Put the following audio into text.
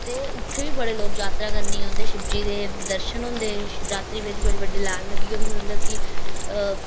ते उत्थें बी बड़े लोग जात्तरा करने गी औंदे शिवजी दे दर्शन होंदे शिवरात्रि बिच्च बड़ी बड्डी लाइन लग्गी दी होंदी मतलब कि